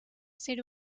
ser